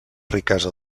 riquesa